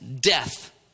death